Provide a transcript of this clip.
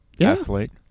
Athlete